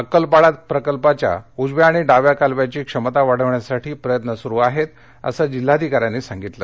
अक्कलपाडा प्रकल्पाच्या उजव्या आणि डाव्या कालव्याची क्षमता वाढविण्यासाठी प्रयत्न सुरू आहेत असं जिल्हाधिकाऱ्यांनी सांगितलं